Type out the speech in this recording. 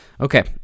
Okay